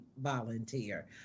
volunteer